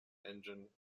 engine